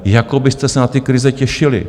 Jako byste se na ty krize těšili!